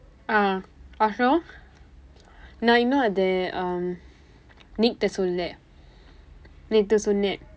ah so நான் இன்னும் அதை:naan innum athai um nick கிட்ட சொல்லை நேற்று சொன்னேன்:kitda sollai neerru sonneen